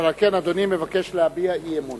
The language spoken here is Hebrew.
ועל כן אדוני מבקש להביע אי-אמון.